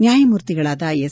ನ್ಡಾಯಮೂರ್ತಿಗಳಾದ S